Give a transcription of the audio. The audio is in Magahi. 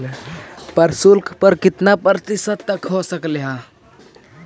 प्रशुल्क कर कितना प्रतिशत तक हो सकलई हे?